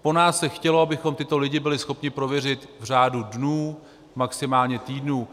Po nás se chtělo, abychom tyto lidi byli schopni prověřit v řádu dnů, maximálně týdnů.